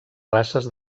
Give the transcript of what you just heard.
races